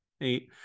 Eight